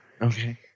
Okay